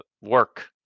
work